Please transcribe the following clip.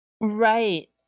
Right